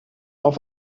auf